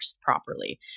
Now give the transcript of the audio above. properly